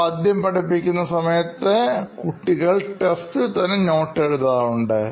ഒരു പദ്യം പഠിപ്പിക്കുന്ന സമയത്ത് കുട്ടികൾ ടെസ്റ്റിൽ തന്നെ നോട്ട് എഴുതാറുണ്ട്